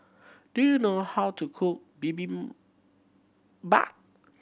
do you know how to cook Bibim bap